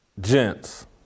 Gents